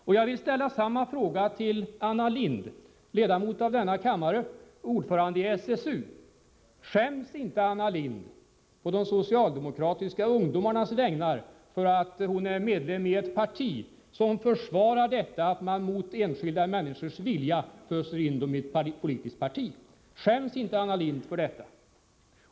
Och jag vill ställa samma fråga till Anna Lindh, ledamot av denna kammare och ordförande i SSU: Skäms inte Anna Lindh på de socialdemokratiska ungdomarnas vägnar för att hon är medlem i ett parti som försvarar detta att man mot enskilda medborgares vilja föser in dem i ett politiskt parti?